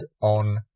on